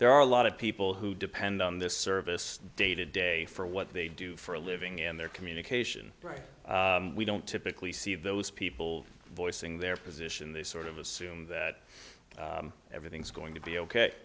there are a lot of people who depend on this service day to day for what they do for a living and their communication right we don't typically see those people voicing their position they sort of assume that everything's going to be ok